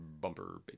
bumper